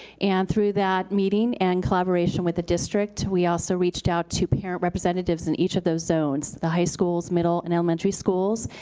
and through that meeting and collaboration with the district, we also reached out to parent representatives in each of those zones, the high schools, middle and elementary schools.